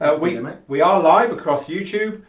ah we i mean we are live across youtube,